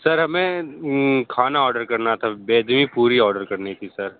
sir हमें खाना order करना था पूड़ी ऑर्डर करनी थी